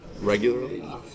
regularly